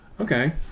Okay